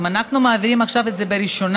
אם אנחנו עכשיו מעבירים את זה בראשונה,